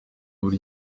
buri